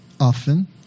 often